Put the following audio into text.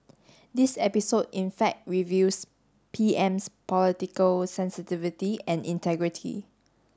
this episode in fact reveals P M's political sensitivity and integrity